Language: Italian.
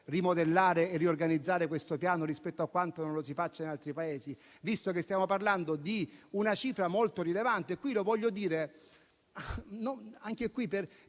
rimodellare e riorganizzare questo piano, rispetto a quanto si faccia in altri Paesi, visto che stiamo parlando di una cifra molto rilevante.